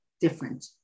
different